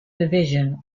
division